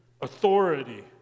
authority